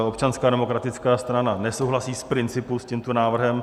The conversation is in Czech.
Občanská demokratická strana nesouhlasí z principu s tímto návrhem.